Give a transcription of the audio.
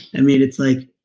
i mean it's like.